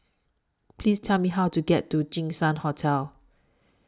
Please Tell Me How to get to Jinshan Hotel